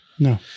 No